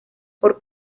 por